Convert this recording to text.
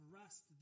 rest